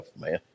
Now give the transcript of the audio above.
man